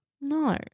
No